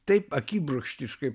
taip akibrokštiškai